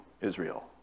Israel